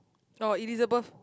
oh Elizabeth